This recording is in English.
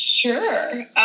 sure